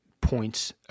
points